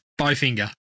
Bowfinger